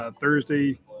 Thursday